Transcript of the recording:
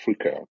Africa